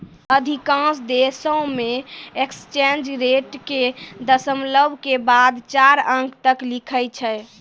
अधिकांश देशों मे एक्सचेंज रेट के दशमलव के बाद चार अंक तक लिखै छै